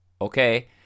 okay